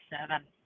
seven